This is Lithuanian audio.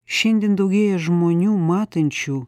šiandien daugėja žmonių matančių